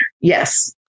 Yes